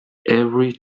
every